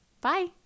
Bye